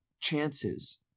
chances